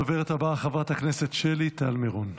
הדוברת הבאה, חברת הכנסת שלי טל מירון.